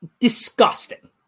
Disgusting